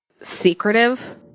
secretive